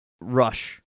rush